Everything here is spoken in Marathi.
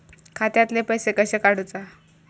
खात्यातले पैसे कशे काडूचा?